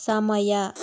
ಸಮಯ